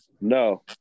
no